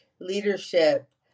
leadership